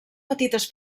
petites